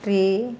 ट्रे